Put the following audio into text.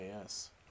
yes